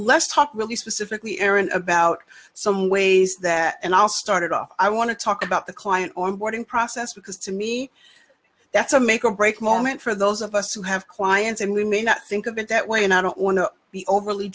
ss talk really specifically erin about some ways that and i started off i want to talk about the client or boarding process because to me that's a make or break moment for those of us who have clients and we may not think of it that way and i don't want to be overly